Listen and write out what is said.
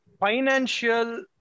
Financial